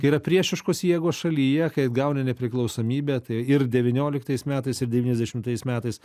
yra priešiškos jėgos šalyje kai atgauni nepriklausomybę tai ir devynioliktais metais ir devyniasdešimtais metais